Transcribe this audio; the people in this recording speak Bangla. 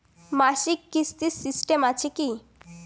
মাসিক কিস্তির সিস্টেম আছে কি?